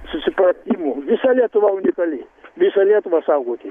susipratimų visa lietuva unikali visą lietuvą saugoti